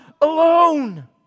alone